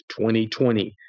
2020